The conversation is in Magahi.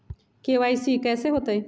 के.वाई.सी कैसे होतई?